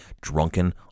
drunken